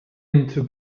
into